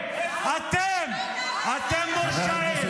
של נעליך,